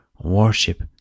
worship